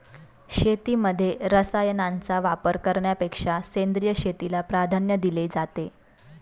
शेतीमध्ये रसायनांचा वापर करण्यापेक्षा सेंद्रिय शेतीला प्राधान्य दिले जाते